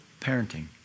parenting